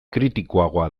kritikoagoa